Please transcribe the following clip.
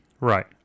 Right